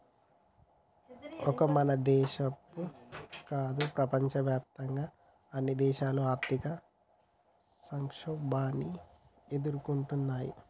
ఒక మన దేశమో కాదు ప్రపంచవ్యాప్తంగా అన్ని దేశాలు ఆర్థిక సంక్షోభాన్ని ఎదుర్కొంటున్నయ్యి